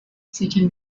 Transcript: seeking